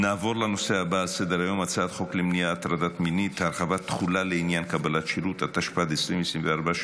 כי הצעת חוק השירות הלאומי-אזרחי, התשפ"ד 2024,